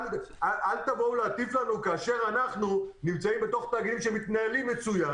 אל תבואו להטיף לנו כאשר אנחנו נמצאים בתאגידים שמתנהלים מצוין